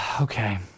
Okay